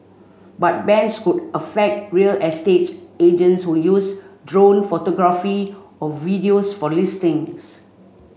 but bans could affect real estate agents who use drone photography or videos for listings